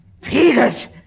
Peters